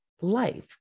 life